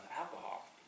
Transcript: alcohol